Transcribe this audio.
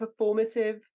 performative